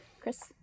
Chris